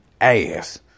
ass